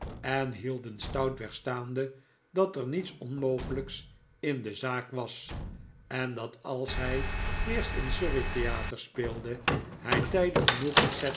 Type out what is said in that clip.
en hielden stoutweg staande dat er niets onmogelijks in de zaak was en dat als hij eerst in surrey theater speelde hij tijdig genoeg